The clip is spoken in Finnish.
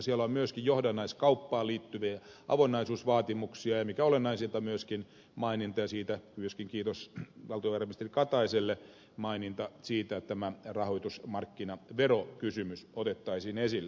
siellä on myöskin johdannaiskauppaan liittyviä avoimuusvaatimuksia ja mikä olennaisinta myöskin maininta ja siitä myöskin kiitos valtiovarainministeri kataiselle että tämä rahoitusmarkkinaverokysymys otettaisiin esille